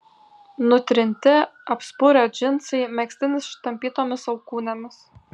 nutrinti apspurę džinsai megztinis ištampytomis alkūnėmis